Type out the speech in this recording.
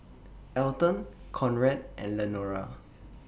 Alton Conrad and Lenora